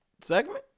Segment